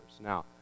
Now